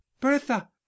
bertha